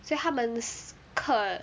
所以他们课